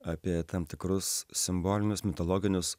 apie tam tikrus simbolinius mitologinius